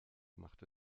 macht